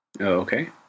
Okay